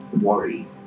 worry